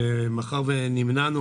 מאחר ונמנענו